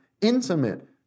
intimate